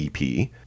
EP